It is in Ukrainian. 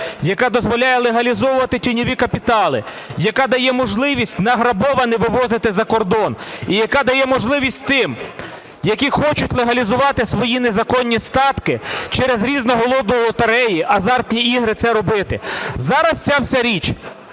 яка дозволяє легалізовувати тіньові капітали, яка дає можливість награбоване вивозити за кордон, і яка дає можливість тим, які хочуть легалізувати свої незаконні статки через різного роду лотереї, азартні ігри це робити. Зараз ця вся річ